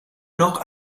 noch